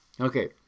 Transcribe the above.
Okay